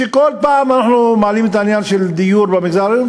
כל פעם כשאנחנו מעלים את עניין הדיור במגזר הערבי,